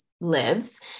lives